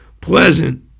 pleasant